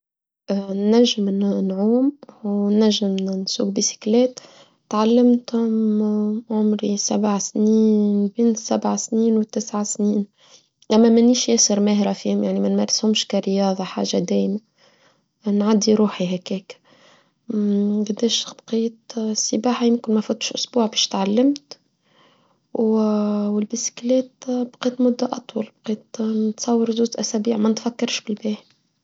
نجم أن نعوم ونجم أن نسوق بسيكلات تعلمتهم عمري سبع سنين بين السبع سنين والتسع سنين لما منيش يسر مهرة فيهم يعني من مارسهمش كرياضة حاجة دين يعني عادي روحي هكاك بداش بقيت سباحه يمكن ما فاتش أسبوع باش تعلمت والبسيكلات بقيت مدة أطول بقيت نتصور زوز أسابيع ما نتفكرش بالباهي.